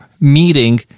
meeting